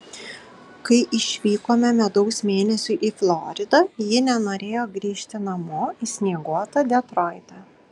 kai išvykome medaus mėnesiui į floridą ji nenorėjo grįžti namo į snieguotą detroitą